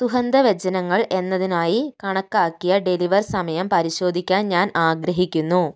സുഹന്ധവ്യജനങ്ങൾ എന്നതിനായി കണക്കാക്കിയ ഡെലിവർ സമയം പരിശോധിക്കാൻ ഞാൻ ആഗ്രഹിക്കുന്നു